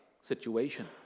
situation